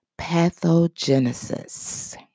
pathogenesis